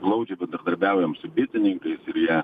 glaudžiai bendradarbiaujam su bitininkais ir jie